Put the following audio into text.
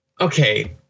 Okay